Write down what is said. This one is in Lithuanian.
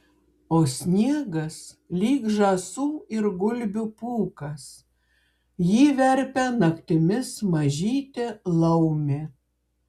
o sniegas lyg žąsų ir gulbių pūkas jį verpia naktimis mažytė laumė